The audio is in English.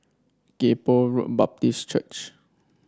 Kay Poh Road Baptist Church